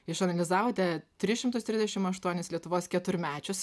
išanalizavote tris šimtus trisdešimt aštuonis lietuvos keturmečius